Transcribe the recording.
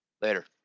Later